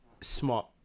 smart